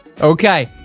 Okay